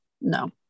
no